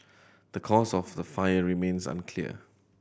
the cause of the fire remains unclear